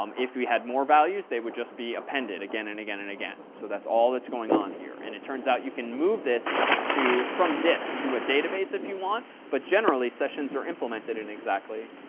um if we had more values, they would just be appended again, and again, and again. so that's all that's going on here. and it's turns out you can move this to from disk to a database if you want. but, generally, sessions are implemented in exactly,